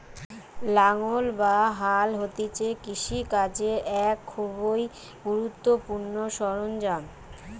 লাঙ্গল বা হাল হতিছে কৃষি কাজের এক খুবই গুরুত্বপূর্ণ সরঞ্জাম